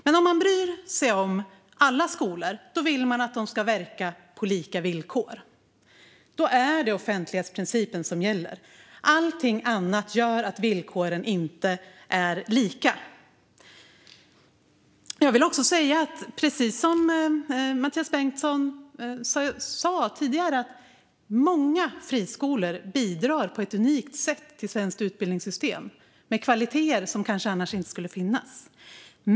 Men om man bryr sig om alla skolor vill man att de ska verka på lika villkor. Då är det offentlighetsprincipen som gäller. Allt annat gör att villkoren inte är lika. Många friskolor bidrar, precis som Mathias Bengtsson sa tidigare, på ett unikt sätt till det svenska utbildningssystemet och med kvaliteter som kanske inte annars skulle finnas.